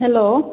hello